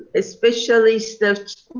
especially sort of